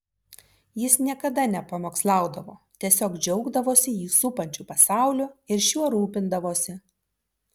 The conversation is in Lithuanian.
jis niekada nepamokslaudavo tiesiog džiaugdavosi jį supančiu pasauliu ir šiuo rūpindavosi